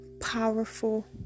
powerful